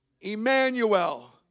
Emmanuel